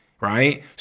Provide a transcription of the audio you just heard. Right